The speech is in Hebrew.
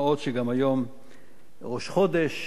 מה עוד שהיום ראש חודש,